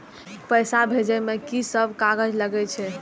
पैसा भेजे में की सब कागज लगे छै?